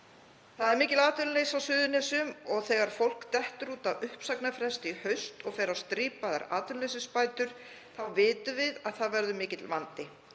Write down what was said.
Það er mikið atvinnuleysi á Suðurnesjum og þegar fólk dettur út af uppsagnarfresti í haust og fer á strípaðar atvinnuleysisbætur þá vitum við að það verður mikill vandi.